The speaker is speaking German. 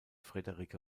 friederike